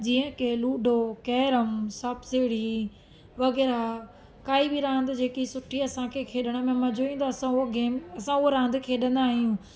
जीअं की ludo carrom सांप सीड़ी वग़ैरह काई बि रांधि जेकी सुठी असांखे खेॾण में मज़ो ईंदो आहे असां उहो गेम असां उहो रांधि खेॾंदा आहियूं